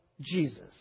Jesus